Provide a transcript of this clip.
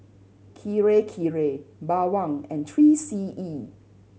Kirei Kirei Bawang and Three C E